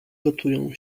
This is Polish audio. gotują